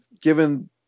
given